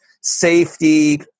safety